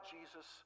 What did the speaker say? Jesus